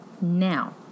Now